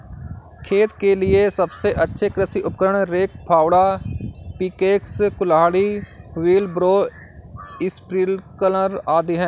खेत के लिए सबसे अच्छे कृषि उपकरण, रेक, फावड़ा, पिकैक्स, कुल्हाड़ी, व्हीलब्रो, स्प्रिंकलर आदि है